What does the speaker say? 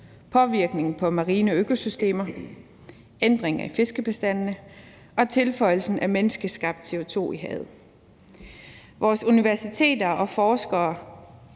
påvirkningen på marine- og økosystemer, ændringerne i fiskebestandene og tilføjelsen af menneskeskabt CO2 i havet. Vores universiteter og forskere